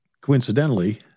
coincidentally